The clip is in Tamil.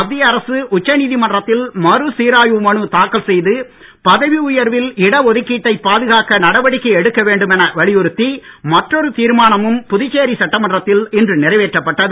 மத்திய அரசு உச்சநீதிமன்றத்தில் மறு சீராய்வு மனு தாக்கல் செய்து பதவி உயர்வில் இட ஒதுக்கீட்டை பாதுகாக்க நடவடிக்கை எடுக்க வேண்டும் என வலியுறுத்தி மற்றொரு தீர்மானமும் புதுச்சேரி சட்டமன்றத்தில் இன்று நிறைவேற்றப்பட்டது